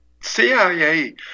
CIA